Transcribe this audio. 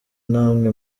namwe